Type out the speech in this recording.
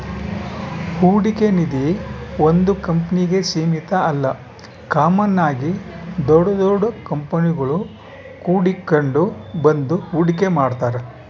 ಹೂಡಿಕೆ ನಿಧೀ ಒಂದು ಕಂಪ್ನಿಗೆ ಸೀಮಿತ ಅಲ್ಲ ಕಾಮನ್ ಆಗಿ ದೊಡ್ ದೊಡ್ ಕಂಪನಿಗುಳು ಕೂಡಿಕೆಂಡ್ ಬಂದು ಹೂಡಿಕೆ ಮಾಡ್ತಾರ